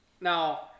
Now